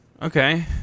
Okay